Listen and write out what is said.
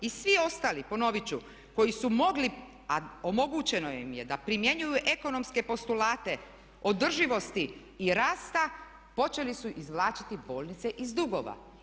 I svi ostali, ponovit ću, koji su mogli, a omogućeno im je da primjenjuju ekonomske postulate održivosti i rasta počeli su izvlačiti bolnice iz dugova.